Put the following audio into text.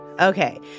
Okay